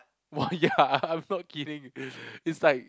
!wah! ya I'm not kidding it's like